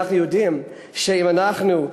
אנחנו יודעים שאם אנחנו,